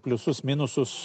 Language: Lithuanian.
pliusus minusus